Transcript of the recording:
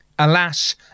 Alas